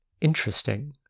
Interesting